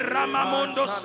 Ramamundo